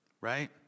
right